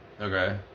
okay